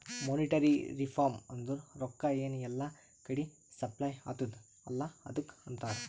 monetary reform ಅಂದುರ್ ರೊಕ್ಕಾ ಎನ್ ಎಲ್ಲಾ ಕಡಿ ಸಪ್ಲೈ ಅತ್ತುದ್ ಅಲ್ಲಾ ಅದುಕ್ಕ ಅಂತಾರ್